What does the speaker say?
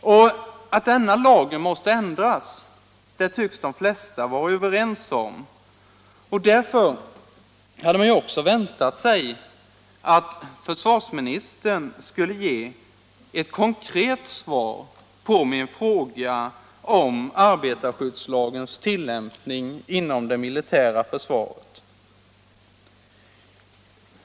Att denna lag måste ändras tycks de flesta vara överens om. Därför hade man ju också väntat sig att försvarsministern skulle ge ett konkret svar på min fråga om arbetarskyddslagens tillämpning inom det militära försvaret.